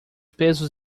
pesos